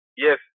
Yes